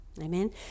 Amen